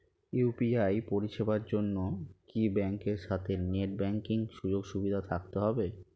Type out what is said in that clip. UPI পরিষেবার জন্য কি ব্যাংকের সাথে নেট ব্যাঙ্কিং সুযোগ সুবিধা থাকতে হবে?